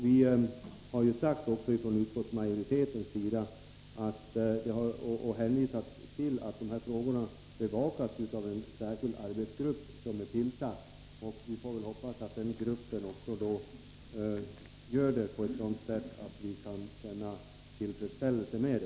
Vi har sagt från utskottsmajoritetens sida att de här frågorna bevakas av en särskild arbetsgrupp som är tillsatt. Vi får väl hoppas att arbetsgruppen utför sitt arbete på ett tillfredsställande sätt.